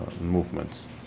Movements